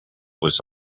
was